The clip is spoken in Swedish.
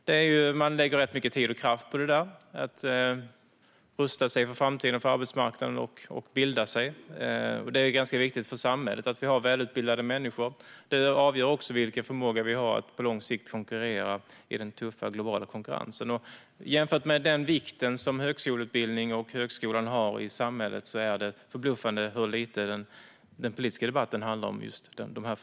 De lägger rätt mycket tid och kraft på att rusta sig för framtiden och arbetsmarknaden och på att bilda sig. Det är också viktigt för samhället att vi har välutbildade människor, för det avgör vilken förmåga vi har att på lång sikt konkurrera i den tuffa globala konkurrensen. Jämfört med den vikt som högskoleutbildning och högskola har i samhället är det som sagt förbluffande hur lite den politiska debatten handlar om dessa frågor.